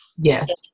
Yes